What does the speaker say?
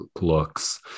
looks